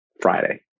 Friday